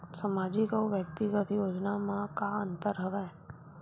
सामाजिक अउ व्यक्तिगत योजना म का का अंतर हवय?